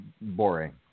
boring